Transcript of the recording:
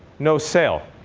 no sale.